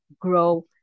grow